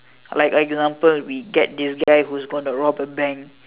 like example we get this guy who is going to rob a bank